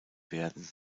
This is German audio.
werden